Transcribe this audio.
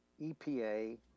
EPA